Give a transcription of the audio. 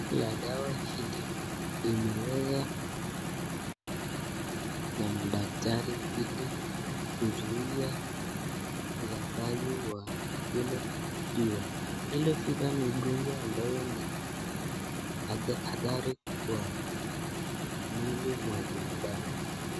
Madawa hizi, yameeza kuundwa na madaktari ili usambaaji wa hili fever , hilo fever ni ungonjwa ambao ni hatari, hatari kwa mwili mwa binadamu.